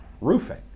roofing